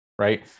right